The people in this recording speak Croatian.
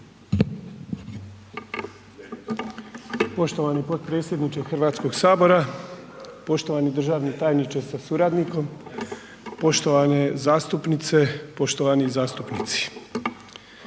Poštovani potpredsjedniče Hrvatskog sabora, poštovani državni tajniče sa suradnikom, poštovane zastupnice, poštovani zastupnici.